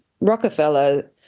Rockefeller